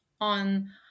on